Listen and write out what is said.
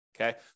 Okay